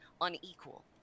unequal